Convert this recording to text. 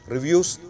Reviews